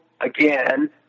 again